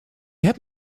heb